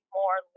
more